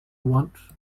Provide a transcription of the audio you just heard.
want